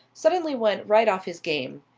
suddenly went right off his game.